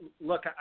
Look